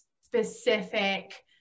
specific